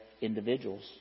individuals